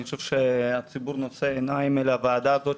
אני חושב שהציבור נושא עיניים אל הוועדה הזאת,